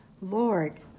Lord